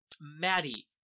Maddie